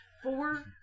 Four